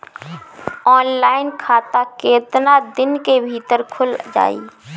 Online खाता केतना दिन के भीतर ख़ुल जाई?